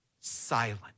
silent